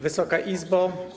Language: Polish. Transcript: Wysoka Izbo!